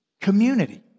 community